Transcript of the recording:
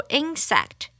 insect